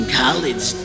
college